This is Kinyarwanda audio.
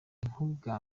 nk’ubwa